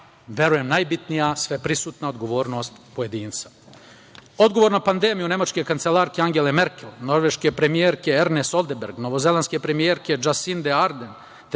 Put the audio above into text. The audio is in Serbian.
verujem najbitnija, sveprisutna odgovornost pojedinca. Odgovor na pandemiju nemačke kancelarke Angele Merkel, norveške premijerke Erne Solberg, novozelandske premijerke Džasinde Ardern,